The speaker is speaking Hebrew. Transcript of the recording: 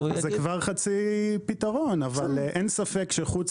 זה כבר חצי פתרון אבל אין ספק שחוץ